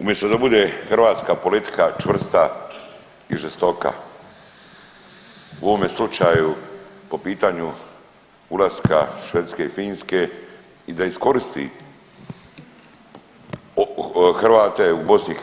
Umjesto da bude hrvatska politika čvrsta i žestoka, u ovome slučaju po pitanju ulaska Švedske i Finske i da iskoristi Hrvate u BiH,